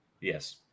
Yes